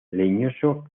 leñoso